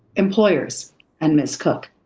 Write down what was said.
employers and ms. cook.